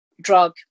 drug